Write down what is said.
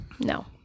No